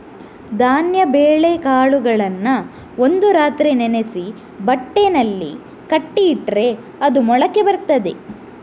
ಧಾನ್ಯ ಬೇಳೆಕಾಳುಗಳನ್ನ ಒಂದು ರಾತ್ರಿ ನೆನೆಸಿ ಬಟ್ಟೆನಲ್ಲಿ ಕಟ್ಟಿ ಇಟ್ರೆ ಅದು ಮೊಳಕೆ ಬರ್ತದೆ